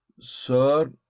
sir